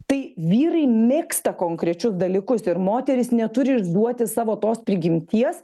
tai vyrai mėgsta konkrečius dalykus ir moterys neturi išduoti savo tos prigimties